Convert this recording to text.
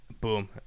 Boom